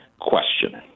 question